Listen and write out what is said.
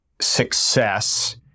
success